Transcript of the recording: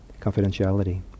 confidentiality